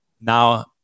now